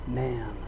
man